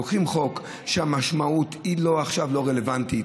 לוקחת חוק שהמשמעות עכשיו לא רלוונטית.